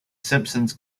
simpsons